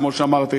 כמו שאמרת,